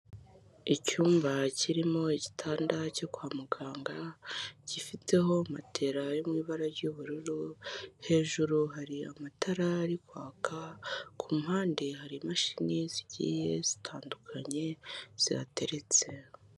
Icyumba kirimo igitanda cyo kwa muganga gifiteho matera yo mu ibara ry'ubururu hejuru hari amatara ari kwaka ku mpande hari imashini zigiye zitandukanye zihateretse.